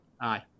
Aye